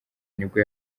nibwo